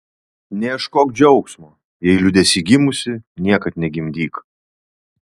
neieškok džiaugsmo jei liūdesy gimusi niekad negimdyk